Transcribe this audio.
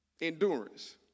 endurance